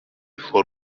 for